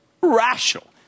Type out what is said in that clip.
Rational